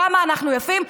כמה אנחנו יפים,